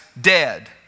dead